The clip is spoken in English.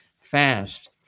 fast